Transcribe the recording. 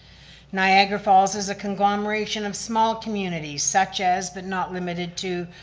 niagara falls is a conglomeration of small communities, such as but not limited to,